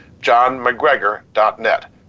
johnmcgregor.net